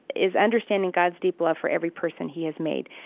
is understanding god's deep love for every person he has made.